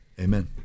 Amen